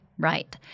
Right